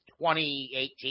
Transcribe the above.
2018